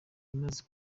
imaze